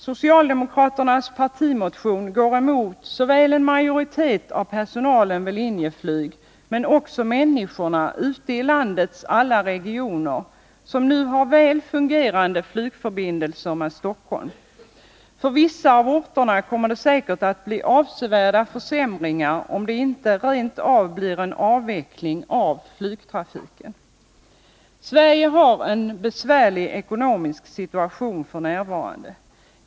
Socialdemokraternas partimotion går emot såväl en majoritet av personalen vid Linjeflyg som människorna ute i landets alla regioner, som nu har väl fungerande flygförbindelser med Stockholm. För vissa av orterna kommer det säkert att bli avsevärda försämringar, om det inte rent av blir en avveckling av flygtrafiken. Sverige har en besvärlig ekonomisk situation f. n.